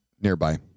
nearby